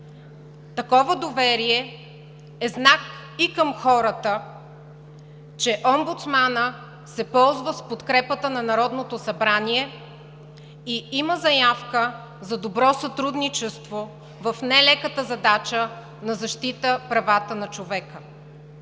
Такова доверие е знак и към хората, че омбудсманът се ползва с подкрепата на Народното събрание и има заявка за добро сътрудничество в нелеката задача за защита правата на човека.